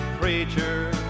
preacher